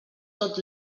tot